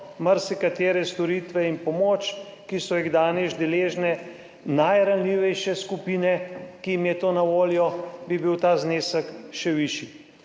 marsikatere storitve in pomoč, ki so jih danes deležne najranljivejše skupine, ki jim je to na voljo, bi bil ta znesek še višji.